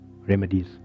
remedies